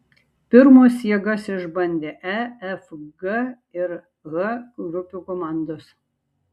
pirmos jėgas išbandė e f g ir h grupių komandos